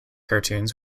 cartoons